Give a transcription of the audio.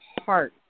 heart